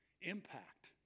impact